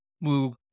move